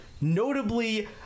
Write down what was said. notably